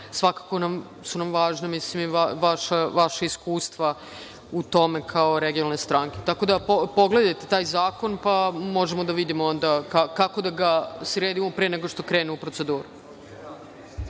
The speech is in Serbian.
svakako su nam važna i vaša iskustva u tome, kao regionalne stranke. Tako da, pogledajte taj zakon, pa možemo da vidimo onda kako da ga sredimo pre nego što krene u proceduru.